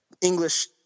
English